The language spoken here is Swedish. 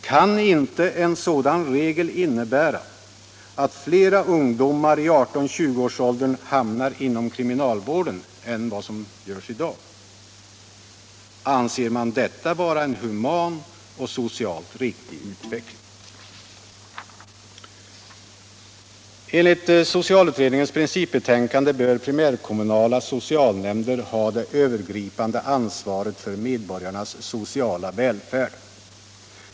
Kan inte en sådan regel innebära att flera ungdomar i 18-20 årsåldern än i dag hamnar inom kriminalvården? Anser man detta vara en human och socialt riktig utveckling? Enligt socialutredningens principbetänkande bör primärkommunala socialnämnder ha det övergripande ansvaret för medborgarnas sociala välfärd.